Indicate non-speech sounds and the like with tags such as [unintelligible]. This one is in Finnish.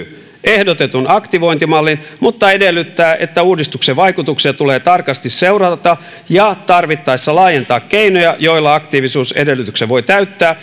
ehdotetun aktivointimallin mutta edellyttää että uudistuksen vaikutuksia tulee tarkasti seurata ja tarvittaessa laajentaa keinoja joilla aktiivisuusedellytyksen voi täyttää [unintelligible]